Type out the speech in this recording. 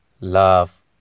love